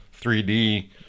3D